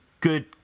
good